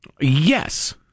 Yes